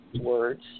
words